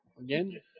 again